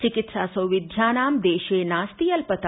चिकित्सा सौविध्यानां देशे नास्ति अल्पता